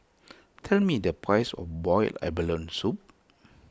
tell me the price of Boiled Abalone Soup